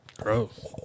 Gross